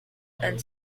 and